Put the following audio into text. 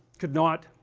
could not